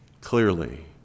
clearly